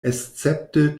escepte